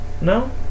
no